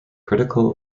critical